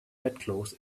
headcloth